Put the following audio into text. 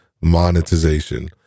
monetization